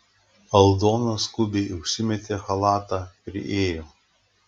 aldona skubiai užsimetė chalatą priėjo